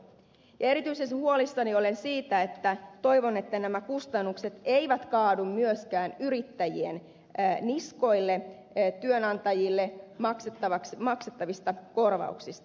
jäikö se huolistani olen siitä erityisesti toivon että nämä kustannukset eivät kaadu myöskään yrittäjien niskoille työnantajille maksettavista korvauksista